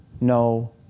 no